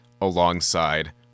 alongside